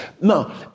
Now